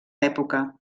època